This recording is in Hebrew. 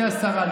גברתי השרה,